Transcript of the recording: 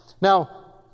Now